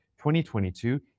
2022